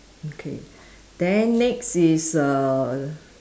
okay then next is err